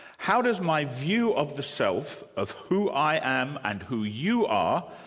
how does my view of the self, of who i am and who you are,